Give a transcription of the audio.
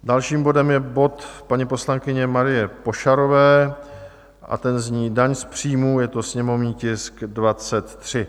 Dalším bodem je bod paní poslankyně Marie Pošarové a ten zní Daň z příjmu, je to sněmovní tisk 23.